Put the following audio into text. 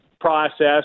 process